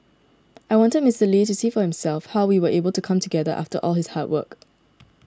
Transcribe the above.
I wanted Mister Lee to see for himself how we are able to come together after all his hard work